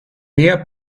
mehr